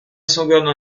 seconde